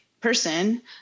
person